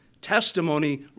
testimony